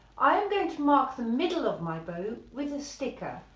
i am going to mark the middle of my bow with a sticker,